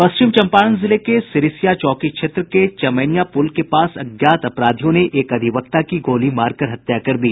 पश्चिम चंपारण जिले के सिरीसिया चौकी क्षेत्र के चमैनिया पुल के पास अज्ञात अपराधियों ने एक अधिवक्ता की गोली मारकर हत्या कर दी